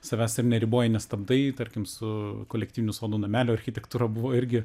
savęs ir neriboji nestabdai tarkim su kolektyvinių sodų namelių architektūra buvo irgi